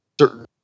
certain